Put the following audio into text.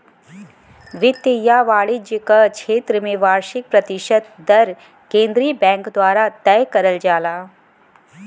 वित्त या वाणिज्य क क्षेत्र में वार्षिक प्रतिशत दर केंद्रीय बैंक द्वारा तय करल जाला